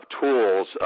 tools